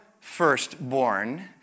firstborn